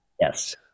yes